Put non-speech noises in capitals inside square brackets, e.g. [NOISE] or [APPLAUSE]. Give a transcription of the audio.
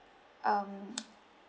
um [NOISE]